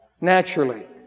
naturally